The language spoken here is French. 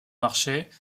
marché